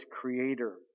creator